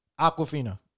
Aquafina